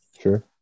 Sure